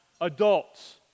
adults